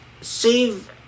save